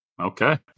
Okay